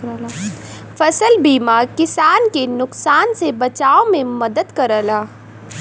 फसल बीमा किसान के नुकसान से बचाव में मदद करला